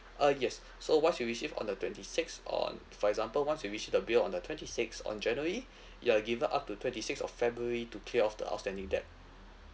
uh yes so once you receive on the twenty sixth on for example once you receive the bill on the twenty sixth on january you are given up to twenty sixth of february to clear off the outstanding debt